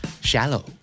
shallow